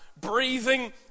breathing